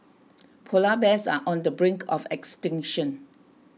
Polar Bears are on the brink of extinction